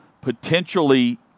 potentially